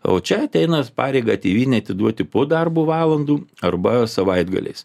o čia ateina pareigą tėvynei atiduoti po darbo valandų arba savaitgaliais